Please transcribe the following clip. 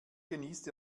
genießt